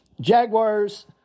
Jaguars